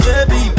Baby